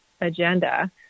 agenda